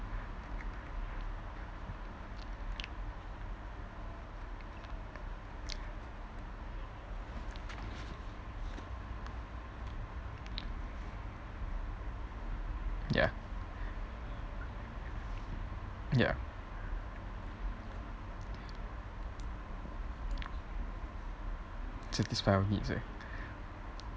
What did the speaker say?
ya ya satisfy your needs right